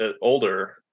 older